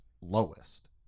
lowest